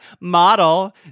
Model